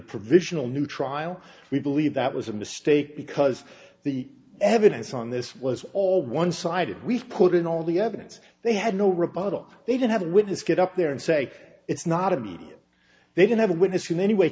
provisional new trial we believe that was a mistake because the evidence on this was all one sided we've put in all the evidence they had no rebuttal they didn't have a witness get up there and say it's not a media they don't have a witness in any way